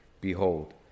Behold